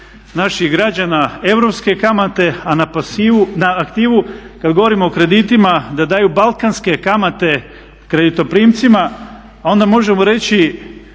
naših građana europske kamate, a na aktivu kada govorimo o kreditima da daju balkanske kamate kreditoprimcima, onda možemo reći